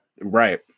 right